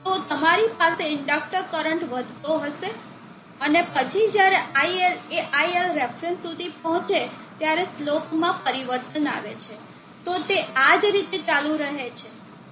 તો તમારી પાસે ઇન્ડેક્ટર કરંટ વધતો હશે અને પછી જ્યારે iL એ iLref સુધી પહોંચે ત્યારે સ્લોપમાં પરિવર્તન આવે છે તો તે આ જ રીતે ચાલુ રહે છે